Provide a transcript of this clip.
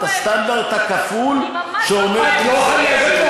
את הסטנדרט הכפול --- היא ממש לא כואבת.